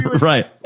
Right